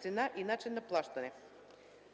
цена и начин на плащане.